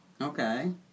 Okay